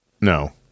No